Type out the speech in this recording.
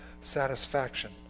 satisfaction